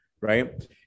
right